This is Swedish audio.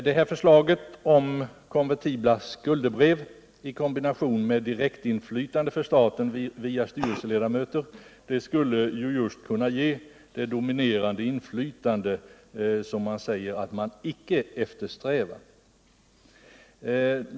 Det här förslaget om konvertibla skuldebrev i kombination med direktinflytande för staten via styrelseledamöter skulle ju kunna ge det dominerande inflytande som man säger sig icke eftersträva.